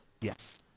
Yes